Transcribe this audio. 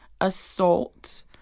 assault